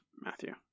Matthew